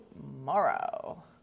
tomorrow